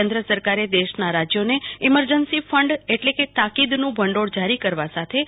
કેન્દ્ર સરકારે દેશના રાજ્યોને ઈમરજન્સી ફંડ એટલે કે તાકીદનું ભંડીળ જારી કરવા સાથે રૂ